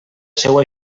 seua